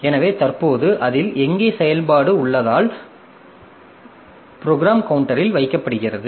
எனவே தற்போது அதில் எங்கே செயல்பாடு உள்ளதால் ப்ரோக்ராம் கவுண்டரில் வைக்கப்படுகிறது